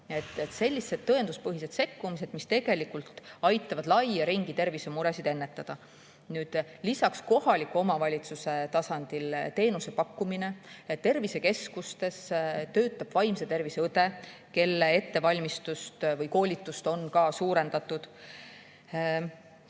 sellised tõenduspõhised sekkumised, mis tegelikult aitavad laia ringi tervisemuresid ennetada. Lisaks on kohaliku omavalitsuse tasandil teenuse pakkumine. Tervisekeskustes töötab vaimse tervise õde, kelle ettevalmistust või koolitust on ka suurendatud.